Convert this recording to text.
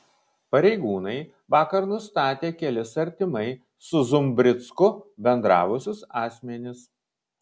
pareigūnai vakar nustatė kelis artimai su zumbricku bendravusius asmenis